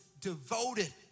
devoted